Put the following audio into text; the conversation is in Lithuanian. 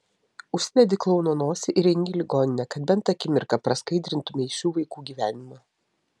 užsidedi klouno nosį ir eini į ligoninę kad bent akimirką praskaidrintumei šių vaikų gyvenimą